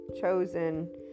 chosen